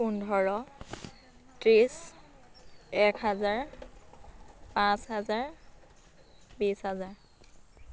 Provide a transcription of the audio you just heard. পোন্ধৰ ত্ৰিছ এক হাজাৰ পাঁচ হাজাৰ বিছ হাজাৰ